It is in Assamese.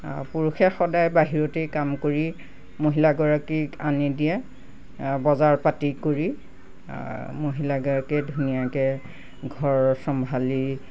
পুৰুষে সদায় বাহিৰতেই কাম কৰি মহিলাগৰাকীক আনি দিয়ে বজাৰ পাতি কৰি মহিলাগৰাকীয়ে ধুনীয়াকৈ ঘৰ চম্ভালি